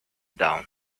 dawn